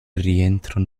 rientro